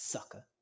Sucker